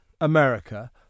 America